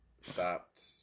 stopped